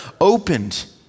opened